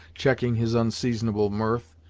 checking his unseasonable mirth,